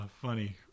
Funny